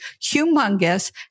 Humongous